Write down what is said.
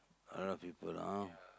other people ah